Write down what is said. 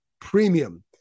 premium